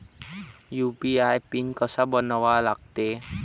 UPI PIN कसा बनवा लागते?